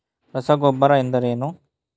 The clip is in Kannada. ರಸಗೊಬ್ಬರ ಎಂದರೇನು?